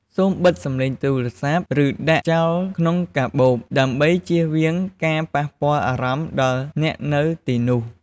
សូមបិទសំឡេងទូរស័ព្ទ ឬដាក់ចោលក្នុងកាបូប ដើម្បីជៀសវាងការប៉ះពាល់់អារម្មណ៍ដល់អ្នកនៅទីនោះ។